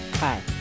Hi